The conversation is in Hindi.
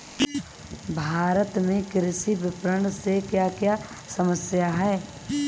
भारत में कृषि विपणन से क्या क्या समस्या हैं?